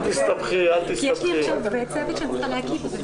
חברים בוקר טוב לכולם, אני